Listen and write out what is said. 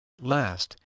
Last